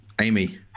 Amy